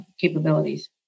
capabilities